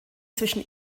zwischen